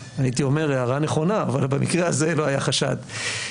הערה נכונה, אבל במקרה הזה לא היה חשד.